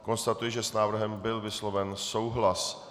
Konstatuji, že s návrhem byl vysloven souhlas.